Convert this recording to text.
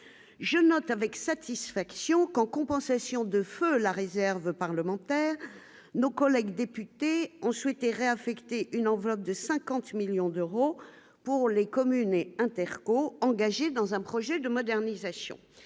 je note avec satisfaction qu'en compensation de feu la réserve parlementaire nos collègues députés ont souhaité réaffecter une enveloppe de 50 millions d'euros pour les communes et interco engagé dans un projet de modernisation